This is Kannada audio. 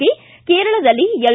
ಕೆ ಕೇರಳದಲ್ಲಿ ಎಲ್